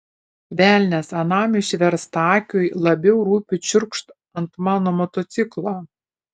velnias anam išverstakiui labiau rūpi čiurkšt ant mano motociklo